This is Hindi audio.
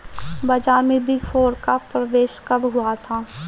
बाजार में बिग फोर का प्रवेश कब हुआ था?